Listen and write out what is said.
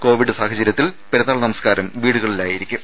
Covid സാഹചര്യത്തിൽ പെരുന്നാൾ നമസ്കാരം വീടുകളിൽ ആയിരിക്കും